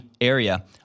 area